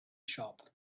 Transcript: shop